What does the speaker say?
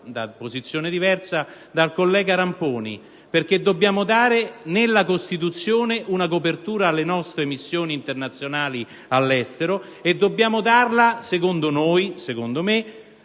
da posizione diversa, dal collega Ramponi: dobbiamo dare nella Costituzione una copertura alle nostre missioni internazionali all'estero e dobbiamo darla, secondo me,